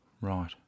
Right